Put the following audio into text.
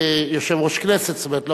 כיושב-ראש זאת אומרת,